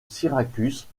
syracuse